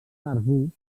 arbusts